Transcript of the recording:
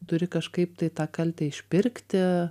turi kažkaip tai tą kaltę išpirkti